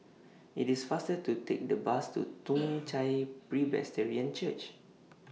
IT IS faster to Take The Bus to Toong Chai Presbyterian Church